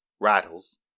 rattles